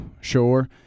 sure